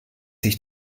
sich